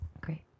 Great